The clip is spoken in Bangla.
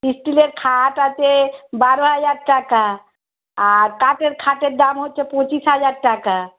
স্টিলের খাট আছে বারো হাজার টাকা আর কাঠের খাটের দাম হচ্ছে পঁচিশ হাজার টাকা